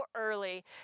early